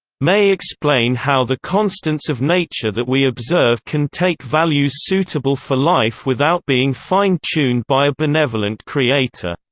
may explain how the constants of nature that we observe can take values suitable for life without being fine-tuned by a benevolent creator.